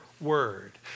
word